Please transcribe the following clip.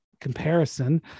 comparison